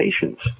patients